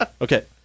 okay